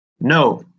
No